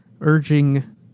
urging